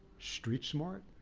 street smart,